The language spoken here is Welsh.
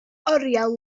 oriel